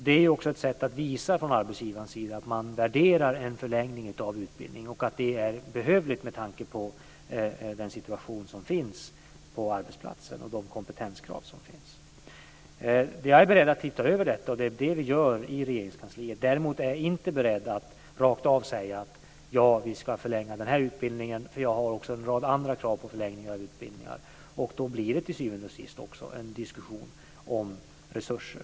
Det är också ett sätt för arbetsgivaren att visa att man värderar en förlängning av utbildningen och att det är behövligt med tanke på den situation som finns på arbetsplatsen och de kompetenskrav som finns. Vi är beredda att titta över detta. Det gör vi i Regeringskansliet. Däremot är jag inte beredd att rakt av säga att vi ska förlänga den här utbildningen. Jag har också en rad andra krav på förlängningar av utbildningar. Då blir det syvende och sist också en diskussion om resurser.